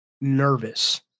nervous